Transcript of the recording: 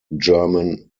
german